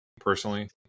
Personally